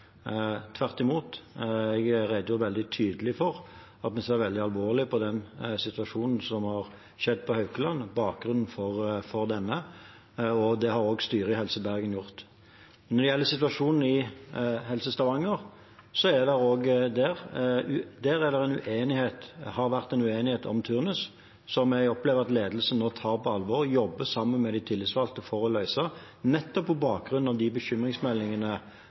Tvert imot, jeg redegjorde veldig tydelig for at vi ser veldig alvorlig på situasjonen på Haukeland, bakgrunnen for denne, og det har også styret i Helse Bergen gjort. Når det gjelder situasjonen i Helse Stavanger, har det der vært en uenighet om turnus, som jeg opplever at ledelsen nå tar på alvor og jobber sammen med de tillitsvalgte for å løse, nettopp på bakgrunn av de bekymringsmeldingene